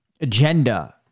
agenda